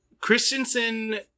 christensen